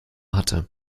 hatte